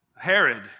Herod